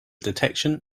detection